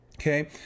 Okay